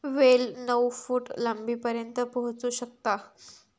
वेल नऊ फूट लांबीपर्यंत पोहोचू शकता